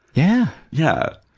yeah. yeah.